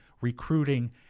recruiting